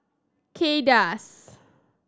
Kay Das